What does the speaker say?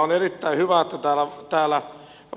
on erittäin hyvä että täällä